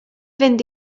fynd